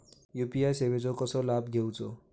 UPI सेवाचो कसो लाभ घेवचो?